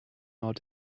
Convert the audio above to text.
out